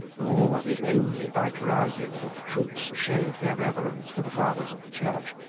nor was it only by carousing that the troops showed their reverence for the fathers of the church.